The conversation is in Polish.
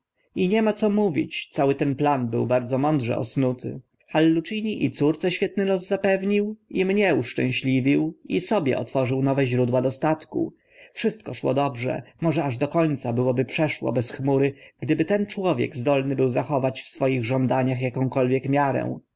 i nie ma co mówić cały ten plan był bardzo mądrze osnuty hallucini i córce świetny los zapewnił i mnie uszczęśliwił i sobie otworzył nowe źródła dostatku wszystko szło dobrze może aż do końca byłoby przeszło bez chmury gdyby ten człowiek zdolny był zachować w swoich żądaniach akąkolwiek miarę